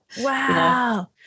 Wow